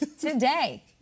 Today